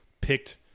picked